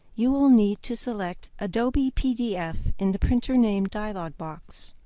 you will need to select adobe pdf in the printer name dialog box.